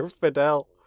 fidel